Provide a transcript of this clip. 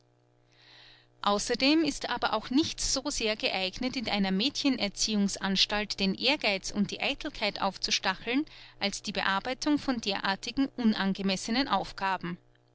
außerdem ist aber auch nichts so sehr geeignet in einer mädchenerziehungsanstalt den ehrgeiz und die eitelkeit aufzustacheln als die bearbeitung von derartigen unangemessenen aufgaben